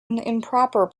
improper